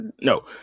No